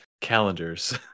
calendars